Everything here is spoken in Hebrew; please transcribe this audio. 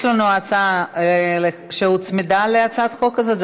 יש לנו הצעה שהוצמדה להצעת החוק הזאת,